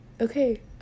okay